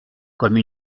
comme